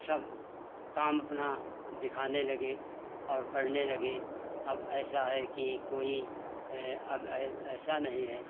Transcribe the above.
सब काम अपना दिखाने लगे और करने लगे अब ऐसा है कि कोई अब ऐसा नहीं है